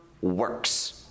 works